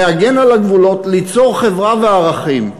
להגן על הגבולות, ליצור חברה וערכים.